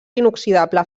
inoxidable